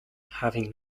having